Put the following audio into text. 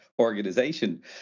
organization